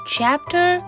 Chapter